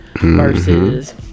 versus